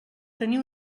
tenir